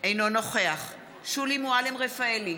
אינו נוכח שולי מועלם-רפאלי,